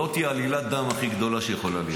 זו עלילת דם הכי גדולה שיכולה להיות.